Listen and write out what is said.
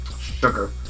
Sugar